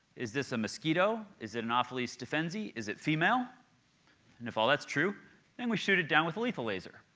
is this a mosquito? is it and ah anopheles stephensi? is it female? and if all that's true then we shoot it down with lethal laser.